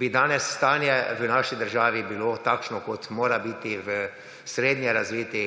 bi danes stanje v naši državi bilo takšno, kot mora biti v srednje razviti